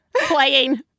playing